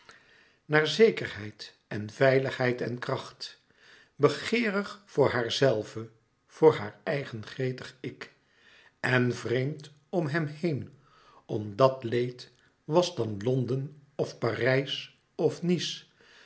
naar zekerheid en veiligheid en kracht begeerig voor haarzelve voor haar eigen gretig ik en vreemd om hem heen m dat leed was dan londen of parijs of nice